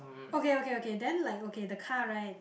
okay okay okay then like okay the car right